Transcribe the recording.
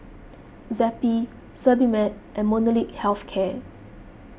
Zappy Sebamed and Molnylcke Health Care